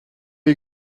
you